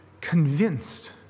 convinced